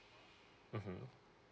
mmhmm